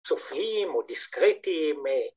‫צופים או דיסקריטים.